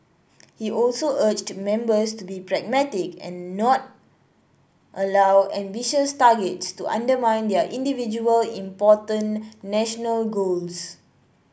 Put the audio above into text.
he also urged members to be pragmatic and not allow ambitious targets to undermine their individual important national goals